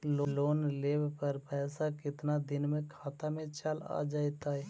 Loan लेब पर पैसा कितना दिन में खाता में चल आ जैताई?